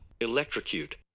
Electrocute